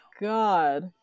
God